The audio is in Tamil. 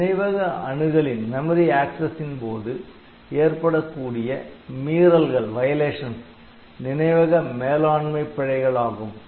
நினைவக அணுகலின் போது ஏற்படக்கூடிய மீறல்கள் நினைவக மேலாண்மை பிழைகள் ஆகும்